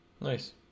Nice